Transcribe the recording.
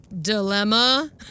Dilemma